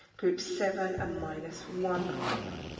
group seven a minus one ion.